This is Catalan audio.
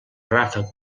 ràfec